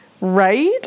Right